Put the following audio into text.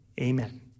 amen